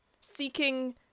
Seeking